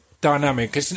dynamic